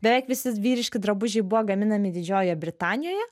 beveik visi vyriški drabužiai buvo gaminami didžiojoje britanijoje